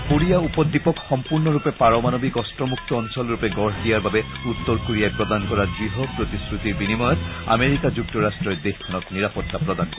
Korea উপ দ্বীপক সম্পূৰ্ণৰূপে পাৰমাণৱিক অস্ত্ৰমুক্ত অঞ্চলৰূপে গঢ় দিয়াৰ বাবে উত্তৰ কোৰিয়াই প্ৰদান কৰা দৃঢ় প্ৰতিশ্ৰতিৰ বিনিময়ত আমেৰিকা যুক্তৰাষ্ট্ৰই দেশখনক নিৰাপত্তা প্ৰদান কৰিব